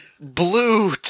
blue